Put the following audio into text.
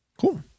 Cool